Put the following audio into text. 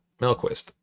Melquist